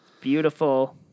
beautiful